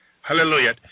Hallelujah